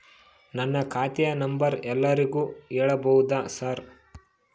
ನನ್ನ ಖಾತೆಯ ನಂಬರ್ ಎಲ್ಲರಿಗೂ ಹೇಳಬಹುದಾ ಸರ್?